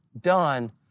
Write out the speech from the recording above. done